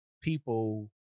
people